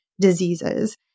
diseases